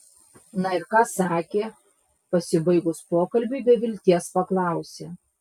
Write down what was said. na ir ką sakė pasibaigus pokalbiui be vilties paklausė